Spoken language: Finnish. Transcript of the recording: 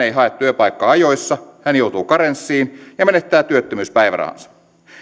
ei hae työpaikkaa ajoissa hän joutuu karenssiin ja menettää työttömyyspäivärahansa